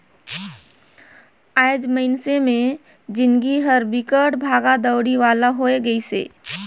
आएज मइनसे मे जिनगी हर बिकट भागा दउड़ी वाला होये गइसे